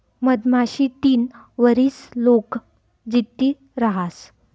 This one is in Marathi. मधमाशी तीन वरीस लोग जित्ती रहास